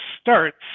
starts